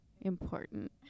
important